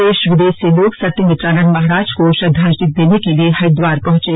देश विदेश से लोग सत्यमित्रानन्द महाराज को श्रद्धाजंलि देने के लिए हरिद्वार पहुंचे